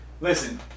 Listen